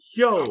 yo